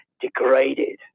degraded